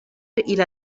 إلى